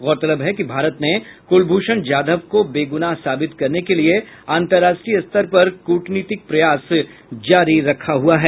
गौरतलब है कि भारत ने कुलभूषण जाधव को बेगुनाह साबित करने के लिये अंतर्राष्ट्रीय स्तर पर कूटनीतिक प्रयास जारी रखा है